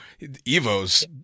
Evos